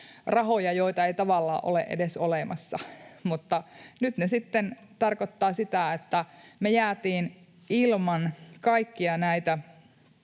Rahoja ei tavallaan ole edes olemassa, mutta nyt ne sitten tarkoittavat sitä, että me jäätiin ilman kaikkia näitä